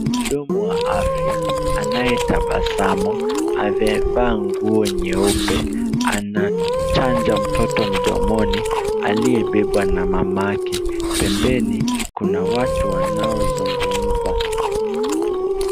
Mhudumu wa afya, anayetabasamu amevaa nguo nyeupe, anachanja mtoto mdomoni, aliyebebwa na mamake. Pembeni kuna watu wanaozungumza.